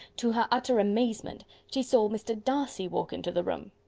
to her utter amazement, she saw mr. darcy walk into the room.